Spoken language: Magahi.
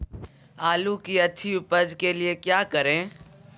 आलू की अच्छी उपज के लिए क्या करें?